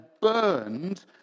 burned